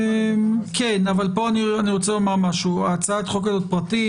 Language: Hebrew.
כן, אבל הצעת החוק הזאת פרטית.